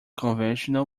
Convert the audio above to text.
conventional